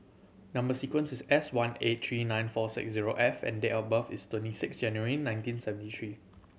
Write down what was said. number sequence is S one eight three nine four six zero F and date of birth is twenty six January nineteen seventy three